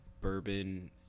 bourbon